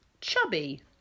chubby